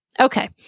Okay